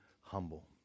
humble